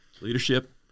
leadership